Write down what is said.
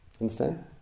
understand